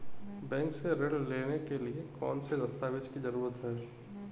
Bank से ऋण लेने के लिए कौन से दस्तावेज की जरूरत है?